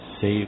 Save